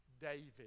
David